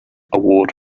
award